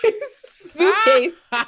suitcase